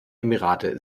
emirate